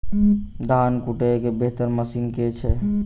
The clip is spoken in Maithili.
धान कुटय केँ बेहतर मशीन केँ छै?